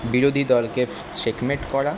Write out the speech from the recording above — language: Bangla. বিরোধী দলকে চেকমেট করা